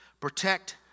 protect